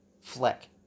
Fleck